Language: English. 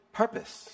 purpose 。